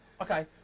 Okay